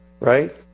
right